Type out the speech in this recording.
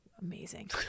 amazing